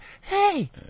hey